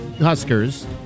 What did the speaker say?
Huskers